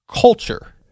culture